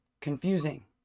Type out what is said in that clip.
confusing